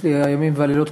אצלי הימים והלילות,